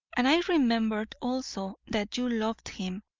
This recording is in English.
and i remembered also that you loved him,